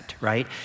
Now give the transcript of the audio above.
right